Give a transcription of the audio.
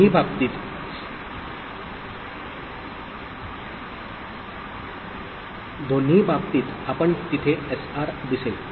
दोन्ही बाबतींत आपण तिथे एसआर दिसेल